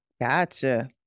Gotcha